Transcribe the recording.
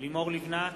לימור לבנת,